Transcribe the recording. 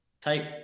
type